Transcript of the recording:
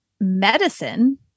medicine